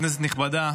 כנסת נכבדה,